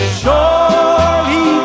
surely